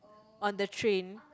on the train